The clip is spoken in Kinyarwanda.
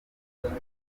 umuntu